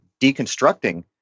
deconstructing